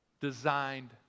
designed